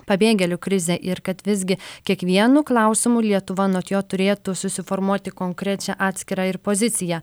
pabėgėlių krizė ir kad visgi kiekvienu klausimu lietuva anot jo turėtų susiformuoti konkrečią atskirą ir poziciją